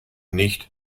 nicht